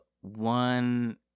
one